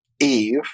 Eve